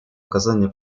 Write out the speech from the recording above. оказания